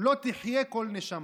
לא תחיה כל נשמה.